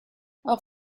auch